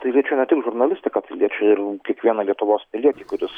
tai liečia ne tik žurnalistiką tai liečia ir kiekvieną lietuvos pilietį kuris